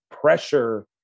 pressure